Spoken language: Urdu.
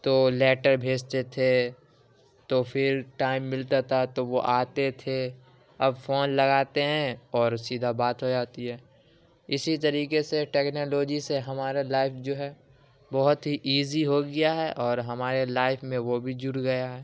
تو لیٹر بھیجتے تھے تو پھر ٹائم ملتا تھا تو وہ آتے تھے اب فون لگاتے ہیں اور سیدھا بات ہو جاتی ہے اسی طریقے سے ٹیکنالوجی سے ہمارے لائف جو ہے بہت ہی ایزی ہو گیا ہے اور ہمارے لائف میں وہ بھی جڑ گیا ہے